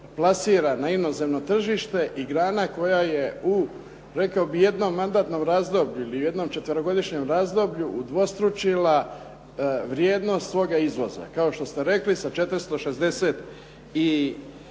na inozemno tržište i grana koja je u rekao bih jednom mandatnom razdoblju ili jednom četverogodišnjem razdoblju udvostručila vrijednost svoga izvoza kao što ste rekli sa 464